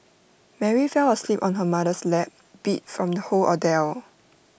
Mary fell asleep on her mother's lap beat from the whole ordeal